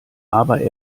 aber